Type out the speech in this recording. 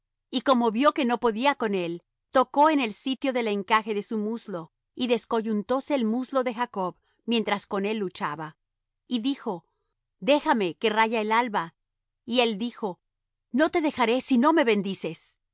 y como vió que no podía con él tocó en el sitio del encaje de su muslo y descoyuntóse el muslo de jacob mientras con él luchaba y dijo déjame que raya el alba y él dijo no te dejaré si no me bendices